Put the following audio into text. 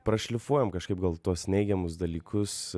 pašlifuojam kažkaip gal tuos neigiamus dalykus